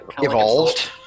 evolved